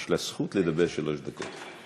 יש לה זכות לדבר שלוש דקות.